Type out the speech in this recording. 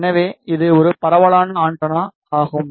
எனவே இது ஒரு பரவலான ஆண்டெனா ஆகும்